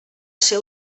ser